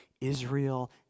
Israel